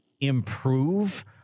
improve